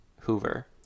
Hoover